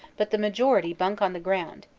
but the majority bunk on the ground,